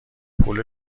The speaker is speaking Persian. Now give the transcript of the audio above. پول